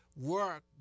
Work